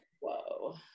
Whoa